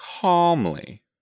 calmly